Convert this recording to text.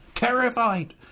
terrified